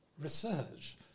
research